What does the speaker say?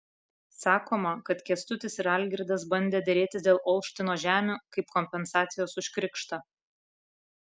sakoma kad kęstutis ir algirdas bandę derėtis dėl olštino žemių kaip kompensacijos už krikštą